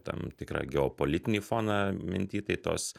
tam tikrą geopolitinį foną minty tai tos